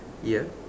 ya